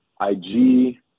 IG